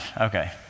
Okay